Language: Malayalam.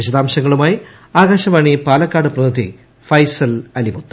വിശദാംശങ്ങളുമായി ആകാശവാണി പാലക്കാട് പ്രതിനിധി ഫൈസൽ അലിമുത്ത്